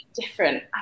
different